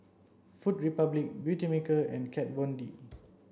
Food Republic Beautymaker and Kat Von D